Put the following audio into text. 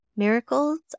Miracles